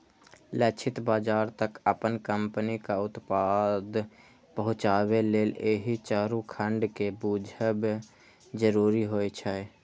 लक्षित बाजार तक अपन कंपनीक उत्पाद पहुंचाबे लेल एहि चारू खंड कें बूझब जरूरी होइ छै